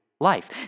life